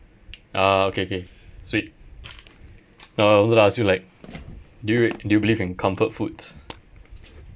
ah okay okay sweet nah I was gonna ask you like do you w~ do you believe in comfort foods